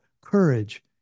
courage